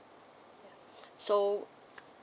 yeah so